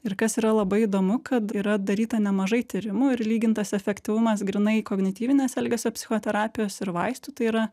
ir kas yra labai įdomu kad yra daryta nemažai tyrimų ir lygintas efektyvumas grynai kognityvinės elgesio psichoterapijos ir vaistų tai yra